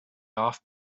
off